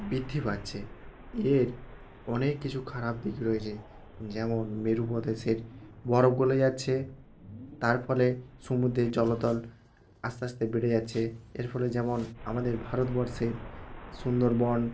বৃদ্ধি পাচ্ছে এর অনেক কিছু খারাপ দিক রয়েছে যেমন মেরু প্রদেশের বরফ গলে যাচ্ছে তার ফলে সমুদ্রের জলতল আস্তে আস্তে বেড়ে যাচ্ছে এর ফলে যেমন আমাদের ভারতবর্ষের সুন্দরবন